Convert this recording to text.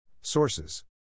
Sources